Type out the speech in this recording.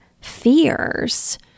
fears